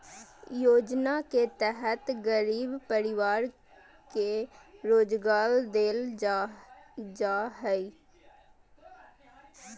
योजना के तहत गरीब परिवार के रोजगार देल जा हइ